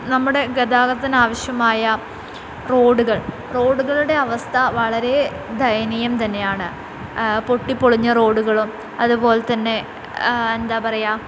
നമ്മുടെ ഗതാഗതത്തിനു ആവശ്യമായ റോഡുകൾ റോഡുകളുടെ അവസ്ഥ വളരെ ദയനീയം തന്നെയാണ് പൊട്ടിപൊളിഞ്ഞ റോഡുകളും അതുപോലെ തന്നെ എന്താ പറയുക